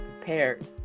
prepared